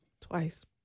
Twice